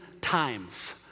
times